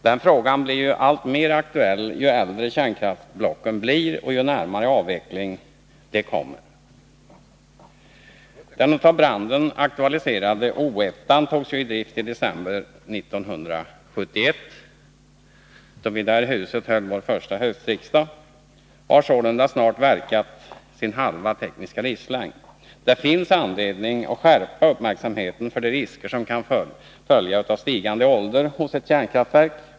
Den frågan blir alltmer aktuell ju äldre kärnkraftsblocken blir och ju närmare en avveckling man kommer. Den genom branden aktualiserade O 1-an togs ju i drift i december 1971, då vi höll vår första höstriksdag i det här huset. Den har sålunda snart verkat under halva sin tekniska livslängd. Det finns anledning att skärpa uppmärksamheten på de risker som kan följa av stigande ålder hos ett kärnkraftverk.